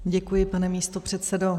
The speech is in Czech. Děkuji, pane místopředsedo.